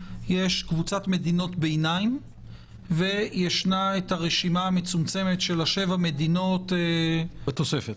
יש קבוצת מדינות ביניים וישנה את הרשימה המצומצמת של 6 המדינות בתוספת.